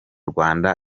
rwanda